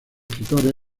escritores